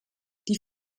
die